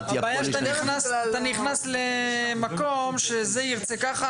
הבעיה שאתה נכנס למקום שזה ירצה ככה וההוא ירצה ככה.